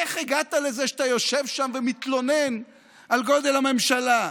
איך הגעת לזה שאתה יושב שם ומתלונן על גודל הממשלה?